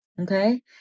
okay